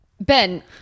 Ben